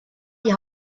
die